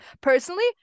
Personally